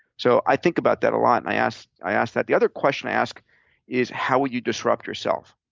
so i think about that a lot, and i ask i ask that. the other question i ask is, how would you disrupt yourself?